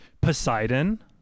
Poseidon